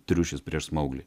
triušis prieš smauglį